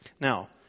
Now